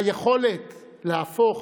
היכולת להפוך